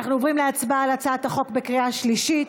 אנחנו עוברים להצבעה על הצעת החוק בקריאה שלישית.